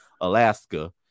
Alaska